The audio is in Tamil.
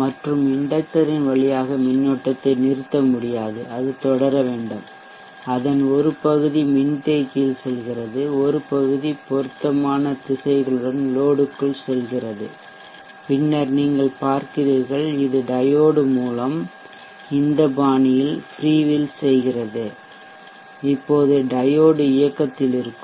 மற்றும் இண்டெக்ட்டரின் வழியாக மின்னோட்டத்தை நிறுத்த முடியாது அது தொடர வேண்டும் அதன் ஒரு பகுதி மின்தேக்கியில் செல்கிறது ஒரு பகுதி பொருத்தமான திசைகளுடன் லோட்க்குள் செல்கிறது பின்னர் நீங்கள் பார்க்கிறீர்கள் இது டையோடு மூலம் இந்த பாணியில் ஃப்ரீவீல்ஸ் செய்கிறது இப்போது டையோடு இயக்கத்தில் இருக்கும்